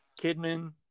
Kidman